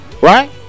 right